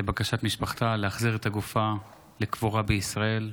לבקשת משפחתה, כדי להחזיר את הגופה לקבורה בישראל.